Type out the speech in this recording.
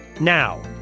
Now